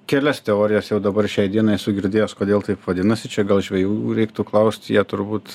kelias teorijas jau dabar šiai dienai esu girdėjęs kodėl taip vadinasi čia gal žvejų reiktų klausti jie turbūt